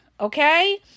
okay